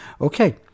Okay